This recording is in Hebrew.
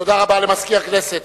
תודה רבה למזכיר הכנסת.